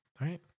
Right